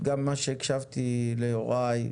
גם ממה שהקשבתי ליוראי,